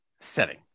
setting